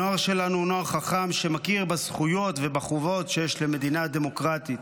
הנוער שלנו הוא נוער חכם שמכיר בזכויות ובחובות שיש למדינה דמוקרטית,